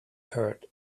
heard